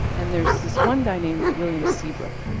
and there's this one guy named william seabrook